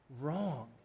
wrong